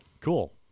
Cool